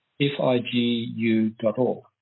F-I-G-U.org